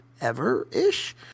ever-ish